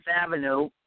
Avenue